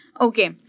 Okay